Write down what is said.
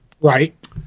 Right